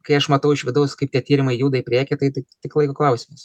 kai aš matau iš vidaus kaip tie tyrimai juda į priekį tai tik tik laiko klausimas